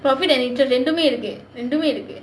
probably than